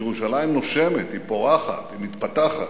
ירושלים נושמת, היא פורחת, היא מתפתחת,